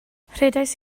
rhedais